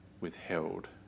withheld